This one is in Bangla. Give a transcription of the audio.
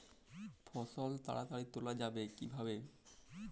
ফসল তাড়াতাড়ি তোলা যাবে কিভাবে?